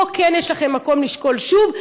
פה כן יש לכם מקום לשקול שוב.